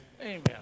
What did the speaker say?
Amen